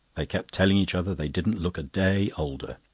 they kept telling each other they didn't look a day older.